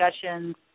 discussions